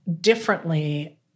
differently